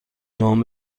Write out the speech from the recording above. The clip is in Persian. نام